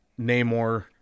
Namor